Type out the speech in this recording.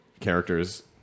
characters